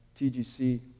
TGC